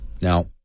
Now